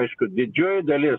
aišku didžioji dalis